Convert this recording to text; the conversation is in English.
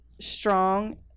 strong